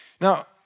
Now